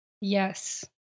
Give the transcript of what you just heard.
Yes